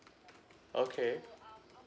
okay